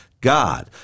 God